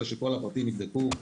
אחרי שכל הפרטים נבדקו.